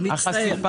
אני מצטער.